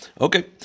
Okay